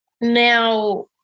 now